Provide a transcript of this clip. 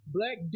Black